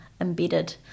embedded